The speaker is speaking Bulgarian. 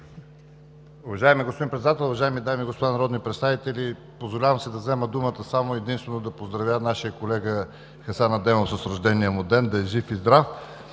Уважаеми господин Председател, уважаеми дами и господа народни представители! Позволявам си да взема думата само и единствено да поздравя нашия колега Хасан Адемов с рождения му ден! Да е жив и здрав!